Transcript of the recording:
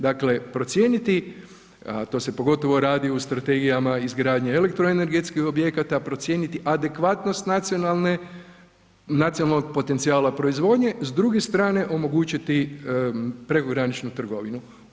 Dakle, procijeniti, a to se pogotovo radi u strategijama izgradnje elektroenergetskih objekata, procijeniti adekvatnost nacionalne, nacionalnog potencijala proizvodnje, s druge strane omogućiti prekograničnu trgovinu.